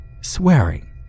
swearing